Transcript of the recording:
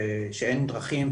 שאין דרכים,